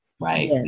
right